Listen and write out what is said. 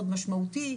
מאוד משמעותי,